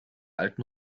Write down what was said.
alten